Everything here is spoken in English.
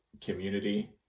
community